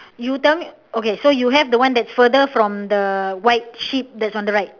you tell me okay so you have the one that's further from the white sheep that's on the right